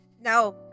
No